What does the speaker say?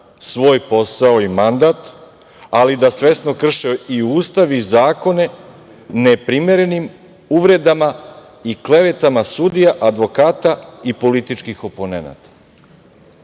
svoj posao i mandat, ali da svesno krše i Ustav i zakone neprimerenim uvredama i klevetama sudija, advokata i političkih komponenata. Ja